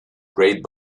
great